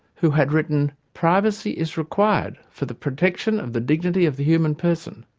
who had written, privacy is required for the protection of the dignity of the human person,